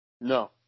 No